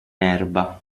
erba